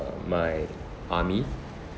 my army